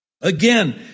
Again